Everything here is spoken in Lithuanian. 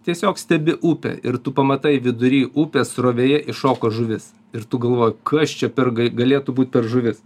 tiesiog stebi upę ir tu pamatai vidury upės srovėje iššoko žuvis ir tu galvoji kas čia per ga galėtų būt per žuvis